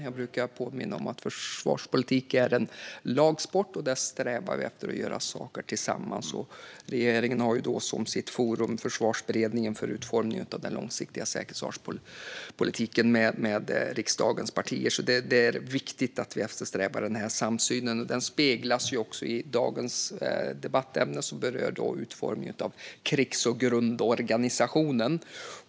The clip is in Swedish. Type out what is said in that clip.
Jag brukar påminna om att försvarspolitik är en lagsport, där vi strävar efter att göra saker tillsammans. Regeringen har som sitt forum Försvarsberedningen för utformningen av den långsiktiga säkerhets och försvarspolitiken med riksdagens partier. Det är viktigt att vi eftersträvar denna samsyn, och den speglas också i dagens debattämne, som berör utformningen av krigs och grundorganisationen.